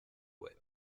web